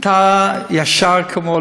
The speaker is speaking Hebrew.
אתה ישר כמו,